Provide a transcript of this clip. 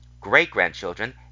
Great-grandchildren